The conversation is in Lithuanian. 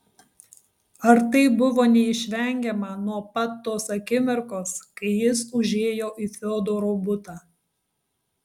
ar tai buvo neišvengiama nuo pat tos akimirkos kai jis užėjo į fiodoro butą